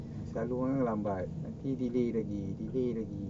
selalunya lambat delay nanti delay lagi